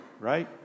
right